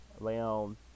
Leon